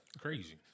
Crazy